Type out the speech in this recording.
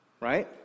Right